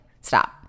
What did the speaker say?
stop